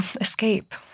escape